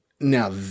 Now